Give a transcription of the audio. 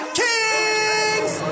kings